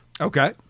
Okay